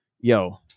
yo